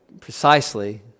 precisely